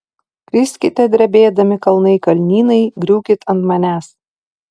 kriskite drebėdami kalnai kalnynai griūkit ant manęs